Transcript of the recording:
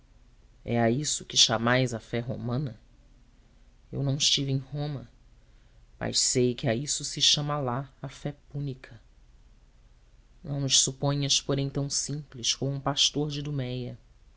a isso que chamais a fé romana eu não estive em roma mas sei que a isso se chama lá a fé púnica não nos suponhas porém tão simples como um pastor de